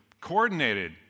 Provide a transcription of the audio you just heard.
Coordinated